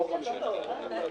תודה רבה לכם.